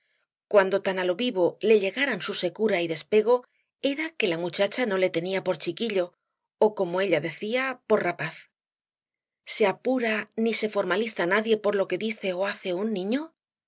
cuando tan á lo vivo la llegaran su secura y despego era que la muchacha no le tenía por chiquillo ó como ella decía por rapaz se apura ni se formaliza nadie por lo que dice ó hace un niño